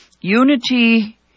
unity